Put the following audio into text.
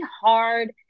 hard